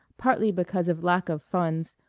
partly because of lack of funds,